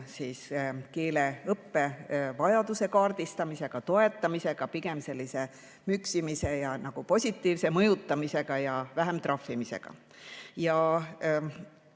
keeleõppevajaduse kaardistamisega, toetamisega, pigem sellise müksimise ja nagu positiivse mõjutamisega ja vähem trahvimisega.